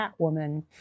Catwoman